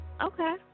okay